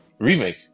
Remake